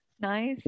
Nice